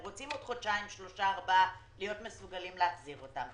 הם רוצים עוד חודשיים שלושה ארבעה להיות מסוגלים להחזיר אותם.